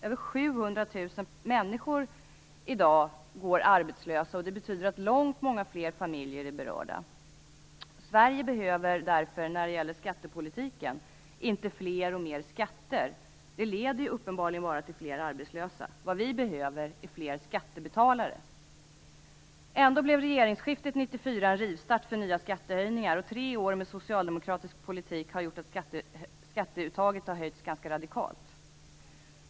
Över 700 000 människor går i dag arbetslösa, vilket betyder att långt många flera familjer är berörda. Sverige behöver därför när det gäller skattepolitiken inte fler och mer skatter. Det leder ju uppenbarligen bara till fler arbetslösa. Vad vi behöver är fler skattebetalare. Ändå blev regeringsskiftet 1994 en rivstart för nya skattehöjningar. Tre år med socialdemokratisk politik har gjort att skatteuttaget har ökat ganska radikalt.